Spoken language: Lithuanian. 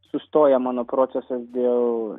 sustoja mano procesas dėl